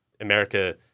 America